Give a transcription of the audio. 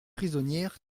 prisonnières